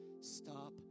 stop